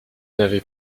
n’avez